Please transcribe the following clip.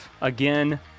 Again